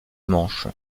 manche